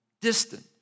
distant